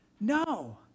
No